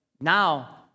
now